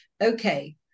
Okay